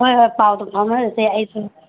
ꯍꯣꯏ ꯍꯣꯏ ꯄꯥꯎꯗꯣ ꯐꯥꯎꯅꯔꯁꯦ ꯑꯩꯁꯨ